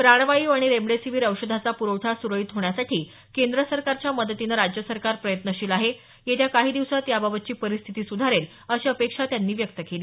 प्राणवायू आणि रेमडीसिवीर औषधाचा पुरवठा सुरळीत होण्यासाठी केंद्र सरकारच्या मदतीनं राज्य सरकार प्रयत्नशील आहे येत्या काही दिवसात याबाबतची परिस्थिती सुधारेल अशी अपेक्षा त्यांनी व्यक्त केली